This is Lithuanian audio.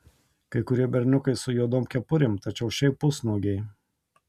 kai kurie berniukai su juodom kepurėm tačiau šiaip pusnuogiai